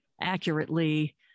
accurately